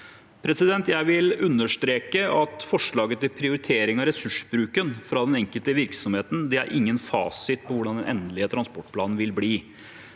Jeg vil understreke at forslaget til prioritering av ressursbruken fra den enkelte virksomheten ikke er noen fasit på hvordan den endelige transportplanen vil bli.